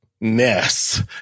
mess